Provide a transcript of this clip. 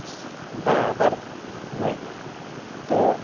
برابر وٲتِتھ تہٕ